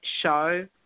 show